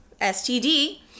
STD